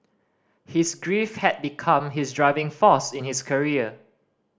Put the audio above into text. his grief had become his driving force in his career